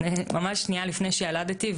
ממש שנייה לפני שילדתי,